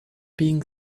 being